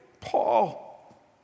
Paul